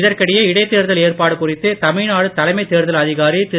இதற்கிடையே இடைத்தேர்தல் ஏற்பாடு குறித்து தமிழ்நாடு தலைமைத் தேர்தல் அதிகாரி திரு